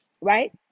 Right